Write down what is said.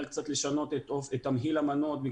אומר קצת לשנות את תמהיל המנות.